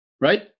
right